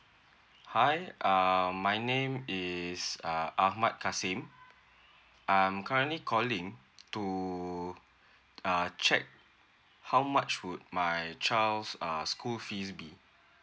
hi uh my name is uh ahmad kassim I'm currently calling to uh check how much would my child's err school fees be